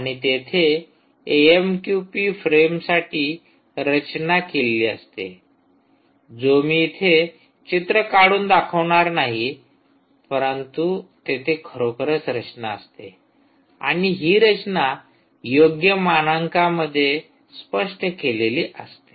आणि तेथे एएमक्यूपी फ्रेमसाठी रचना केलेली असते जो मी येथे चित्र काढून दाखवणार नाही परंतु तेथे खरोखरच रचना असते आणि हि रचना योग्य मानकांमध्ये स्पष्ट केलेली असते